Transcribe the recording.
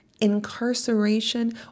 incarceration